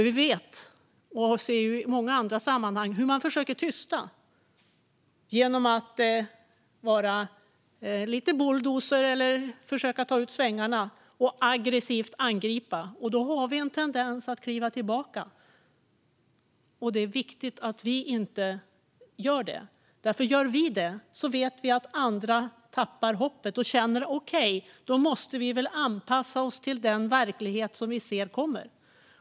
Vi ser i många andra sammanhang hur man försöker tysta genom att vara lite bulldozer eller genom att ta ut svängarna och aggressivt angripa. Då har vi en tendens att kliva tillbaka. Det är viktigt att vi inte gör det, för om vi gör det vet vi att andra tappar hoppet och tänker: Okej, då måste vi anpassa oss till den verklighet som vi ser kommer.